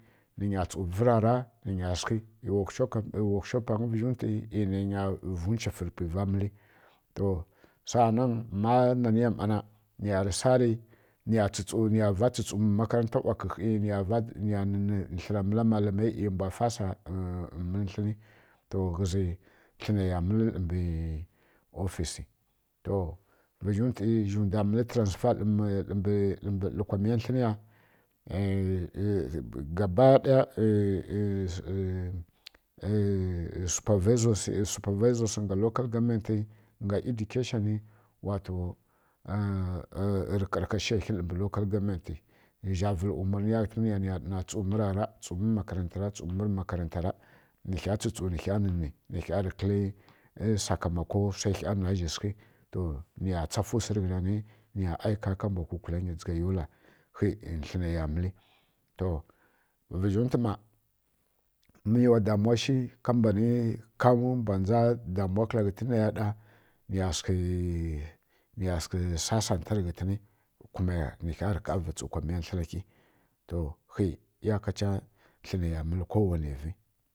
Nǝnya tsu vǝ rara nǝnya ˈma sǝghi mbǝ workshopi ˈyi nainya vǝ nwchufǝ rǝ ghǝna ngyito saanan ma naniya ˈma na niya rǝ sari niyarǝ va tsutsu mbǝ makaranta khi niya va nǝnǝ tlǝna mǝla malami ˈyi mbwa fasa mǝlǝ tlǝni ghǝzǝ tlǝnai ya mǝli dlǝmbǝ ofisi to vǝdzǝntwi zhina mǝl transfer ka gaba ɗaya supavizos nga lokal govenmenti nga educationi wato rǝ ƙarkashiya ɦi zha vǝlǝ umurniya ghǝntǝn niya ɗana tsu mǝ rǝ makarantara tsumlurǝ makarantara nǝ hya tsu nǝ hya nǝnǝ nǝhya rǝ kǝli sakamakowa wsa rǝ hya na kazhi sǝghi to niya tsafǝ wsi rǝghǝnanyi niya aika ka mbwa kwukwulanyi kwa yola khi tlǝnǝ ya mǝli to vǝzhǝntwu ma mi wa damuwa shi ka mbani ka mbwa ndza damuwankǝla ghǝtǝn nai ya ɗa niya sǝghǝ niya sǝghǝ sasantarǝ ghǝntǝn kumaya nɨ hya rǝ ƙavǝ tsu kwa miya tlǝna khi to khi iyakacha tlunlu ya mǝlǝnkowanǝ vi